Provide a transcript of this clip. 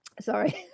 Sorry